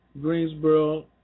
Greensboro